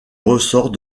ressort